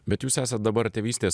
bet jūs esat dabar tėvystės